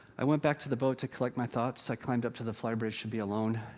i went back to the boat to collect my thoughts. i climbed up to the flybridge to be alone.